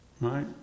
right